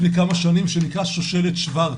לפני כמה שנים, שנקרא "שושלת שוורץ"